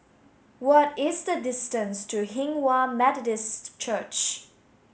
what is the distance to Hinghwa Methodist Church